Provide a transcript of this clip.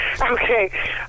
Okay